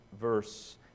verse